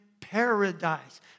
paradise